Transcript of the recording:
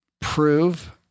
prove